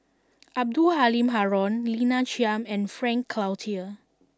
Abdul Halim Haron Lina Chiam and Frank Cloutier